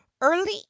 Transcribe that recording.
early